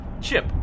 Chip